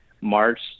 March